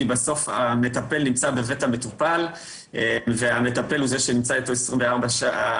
כי בסוף המטפל נמצא בבית המטופל והמטפל הוא זה שנמצא אצלו 24 שעות,